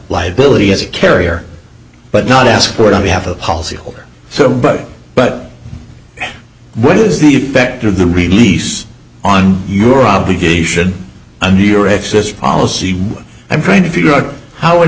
liabilities as a carrier but not ask for it and we have a policy so but but what is the effect of the release on your obligation and your excess policy i'm trying to figure out how i